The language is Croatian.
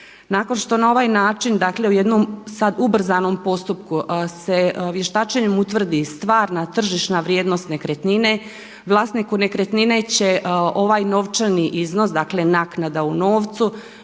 Nakon što na ovaj način, dakle u jednom sad ubrzanom postupku se vještačenjem utvrdi stvarna tržišna vrijednost nekretnine, vlasniku nekretnine će ovaj novčani iznos, dakle naknada u novcu